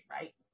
right